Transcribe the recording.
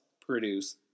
produce